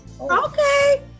Okay